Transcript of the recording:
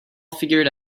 figured